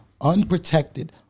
unprotected